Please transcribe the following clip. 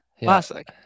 classic